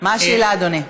מה השאלה, אדוני?